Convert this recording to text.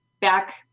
back